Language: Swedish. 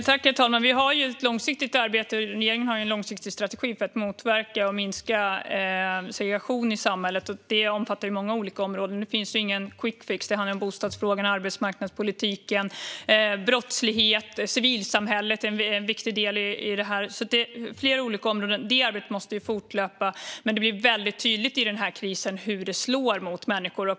Herr talman! Vi har ett långsiktigt arbete. Regeringen har en långsiktig strategi för att motverka och minska segregation i samhället. Detta omfattar många olika områden. Det finns ingen quick fix. Det handlar om bostadsfrågan, arbetsmarknadspolitiken och brottslighet. Civilsamhället är en viktig del i detta. Det gäller flera olika områden. Detta arbete måste fortlöpa. Men det blir väldigt tydligt i denna kris hur det slår mot människor.